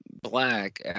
Black